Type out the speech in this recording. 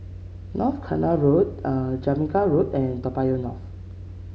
North Canal Road Jamaica Road and Toa Payoh North